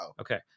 Okay